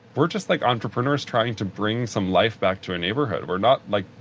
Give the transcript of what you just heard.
we're just, like, entrepreneurs trying to bring some life back to a neighborhood. we're not, like,